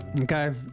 Okay